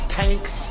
tanks